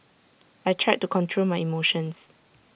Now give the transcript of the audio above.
I tried to control my emotions